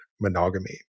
monogamy